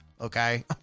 Okay